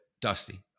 dusty